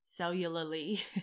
cellularly